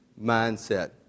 mindset